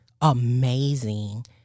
amazing